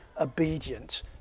obedient